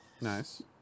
Nice